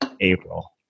April